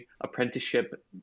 apprenticeship